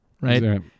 right